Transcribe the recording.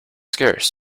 scarce